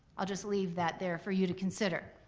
i'll just leave that there for you to consider.